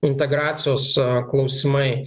integracijos klausimai